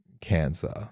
cancer